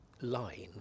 line